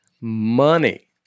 Money